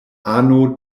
ano